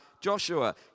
Joshua